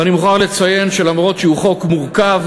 ואני מוכרח לציין שלמרות שהוא חוק מורכב,